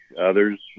Others